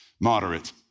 moderate